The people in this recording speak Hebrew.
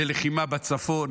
בלחימה בצפון,